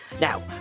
Now